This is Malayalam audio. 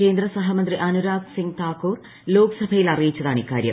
കേന്ദ്ര സഹമന്ത്രി അനുരാഗ് സിങ്ങ് താക്കൂർ ലോക്സഭയിൽ അറിയിച്ചതാണിക്കാര്യം